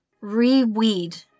re-weed